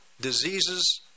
diseases